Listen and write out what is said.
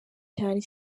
cyane